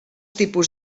tipus